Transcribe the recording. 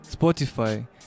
spotify